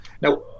now